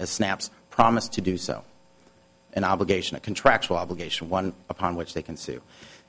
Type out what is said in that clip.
as snap's promise to do so an obligation a contractual obligation one upon which they can sue